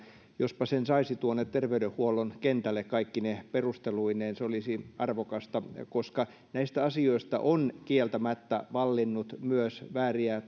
jospa sen saisi tuonne terveydenhuollon kentälle kaikkine perusteluineen se olisi arvokasta koska näistä asioista on kieltämättä vallinnut myös vääriä